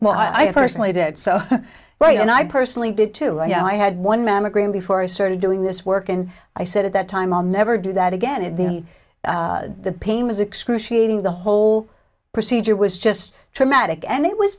while i personally did it so right and i personally did too i had one mammogram before i started doing this work and i said at that time i'm never do that again in the the pain was excruciating the whole procedure was just traumatic and it was